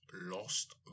lost